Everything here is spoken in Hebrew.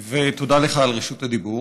ותודה לך על רשות הדיבור.